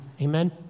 Amen